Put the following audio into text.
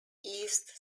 east